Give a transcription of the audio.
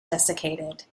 desiccated